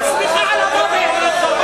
את שמחה על המוות.